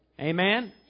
Amen